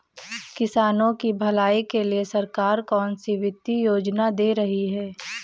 किसानों की भलाई के लिए सरकार कौनसी वित्तीय योजना दे रही है?